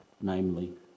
namely